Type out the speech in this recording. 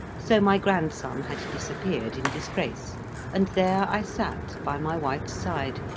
so my grandson had disappeared in disgrace and there i sat by my wife's side,